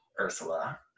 ursula